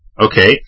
Okay